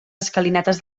escalinates